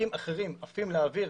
חלקיקים אחרים עפים לאוויר